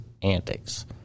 antics